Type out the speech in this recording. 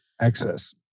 access